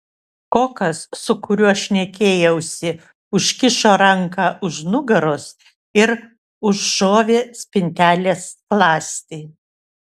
kokas su kuriuo šnekėjausi užkišo ranką už nugaros ir užšovė spintelės skląstį